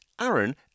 Aaron